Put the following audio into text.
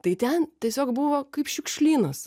tai ten tiesiog buvo kaip šiukšlynas